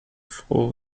full